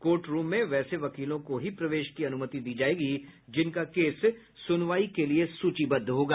court room में वैसे वकीलों को ही प्रवेश की अनुमति दी जायेगी जिनका केस सुनवाई के लिए सूचीबद्ध होगा